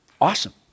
Awesome